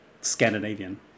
Scandinavian